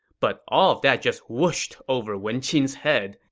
but all of that just whooshed over wen qin's head.